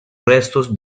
restos